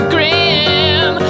Grim